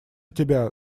тебя